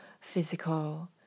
physical